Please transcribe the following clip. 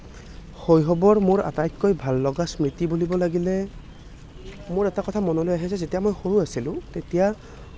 শৈশৱৰ মোৰ আটাইতকৈ ভাল লগা স্মৃতি বুলিব লাগিলে মোৰ এটা কথা মনলৈ আহে যে যেতিয়া মই সৰু আছিলোঁ তেতিয়া